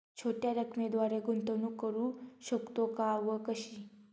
छोट्या रकमेद्वारे गुंतवणूक करू शकतो का व कशी?